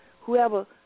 Whoever